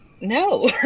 No